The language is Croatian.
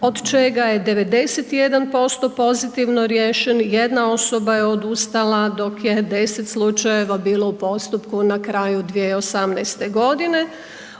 od čega je 91% pozitivno riješenih, jedna osoba je odustala dok je 10 slučajeva bilo u postupku na kraju 2018. g.